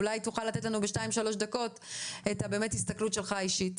אולי תוכל לומר לנו בשתיים שלוש דקות את ההסתכלות האישית